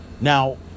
Now